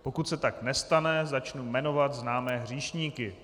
Pokud se tak nestane, začnu jmenovat známé hříšníky.